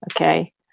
okay